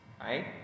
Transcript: right